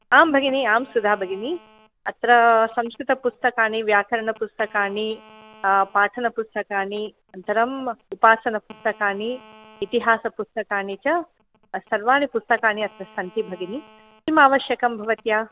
आं भगिनि आं सुधा भगिनि अत्र संस्कृतपुस्तकानि व्याकरणपुस्तकानि पाठनपुस्तकानि अनन्तरम् उपासनपुस्तकानि इतिहासपुस्तकानि च सर्वाणि पुस्तकानि अत्र सन्ति भगिनि किमावश्यकं भवत्यै